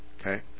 Okay